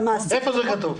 והמעסיק --- איפה זה כתוב?